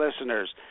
listeners